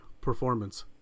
performance